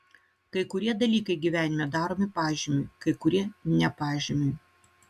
kai kurie dalykai gyvenime daromi pažymiui kai kurie ne pažymiui